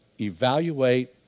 evaluate